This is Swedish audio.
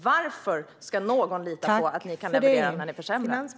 Varför ska någon lita på att ni kan leverera när ni försämrar?